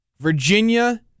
Virginia